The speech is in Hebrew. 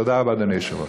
תודה רבה, אדוני היושב-ראש.